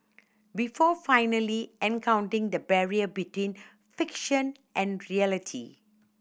before finally encountering the barrier between fiction and reality